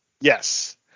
Yes